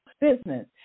business